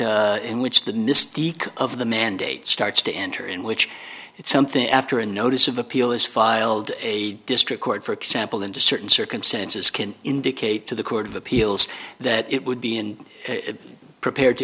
that in which the mystique of the mandate starts to enter in which it's something after a notice of appeal is filed a district court for example into certain circumstances can indicate to the court of appeals that it would be in a prepared to